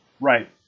Right